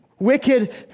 Wicked